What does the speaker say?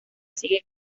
sigue